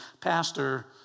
Pastor